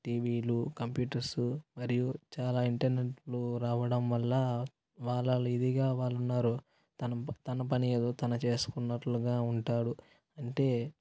టీవీలు కంప్యూటర్సు మరియు చాలా ఇంటర్నెట్లు రావడం వల్ల వాళ్ల ఇదిగా వాళ్ళు ఉన్నారు తన ప తన పని ఏదో తన చేసుకున్నట్లుగా ఉంటారు అంటే